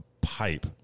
pipe